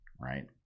right